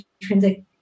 intrinsic